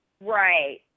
Right